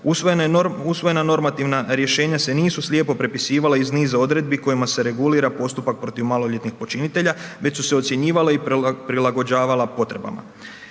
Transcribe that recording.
Usvojena normativna rješenja se nisu slijepo prepisivala iz niza odredbi kojima se regulira postupak protiv maloljetnih počinitelja već su se ocjenjivale i prilagođavala potrebama.